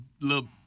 little